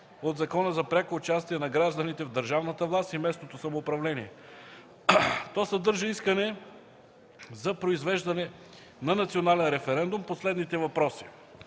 от Закона за пряко участие на гражданите в държавната власт и местното самоуправление. То съдържа искане за произвеждане на национален референдум по следните въпроси: